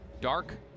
dark